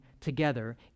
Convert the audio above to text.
together